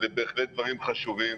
וזה בהחלט דברים חשובים.